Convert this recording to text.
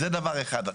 זה דבר אחד.